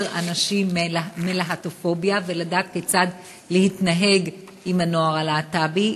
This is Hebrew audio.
אנשים מלהט"בופוביה ולדעת כיצד להתנהג עם הנוער הלהט"בי,